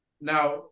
Now